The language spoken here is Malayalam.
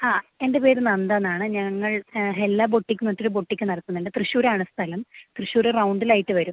ആ എൻ്റെ പേര് നന്ദ എന്നാണ് ഞങ്ങൾ ഹെല്ലാ ബോട്ടിക് എന്ന് പറഞ്ഞിട്ടൊരു ബോട്ടിക് നടത്തുന്നുണ്ട് തൃശ്ശൂരാണ് സ്ഥലം തൃശ്ശൂര് റൗണ്ടിലായിട്ട് വരും